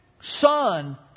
Son